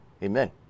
Amen